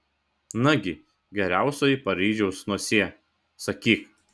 nagi geriausioji paryžiaus nosie sakyk